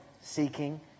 Seeking